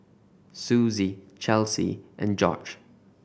Suzie Chelsea and Jorge